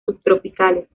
subtropicales